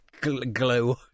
glue